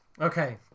Okay